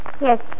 Yes